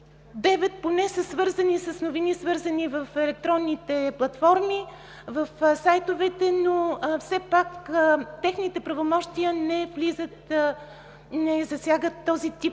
девет поне са свързани с новини, свързани в електронните платформи в сайтовете, но все пак техните правомощия не засягат този тип